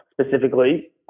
specifically